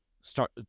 start